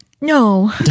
No